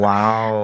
Wow